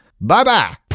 Bye-bye